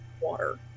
water